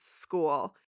school